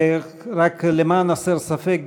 רק למען הסר ספק,